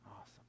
awesome